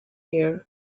here